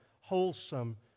wholesome